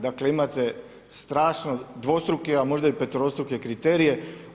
Dakle imate strašno dvostruke a možda i peterostruke kriterije.